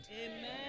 Amen